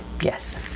Yes